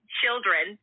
children